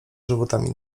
żywotami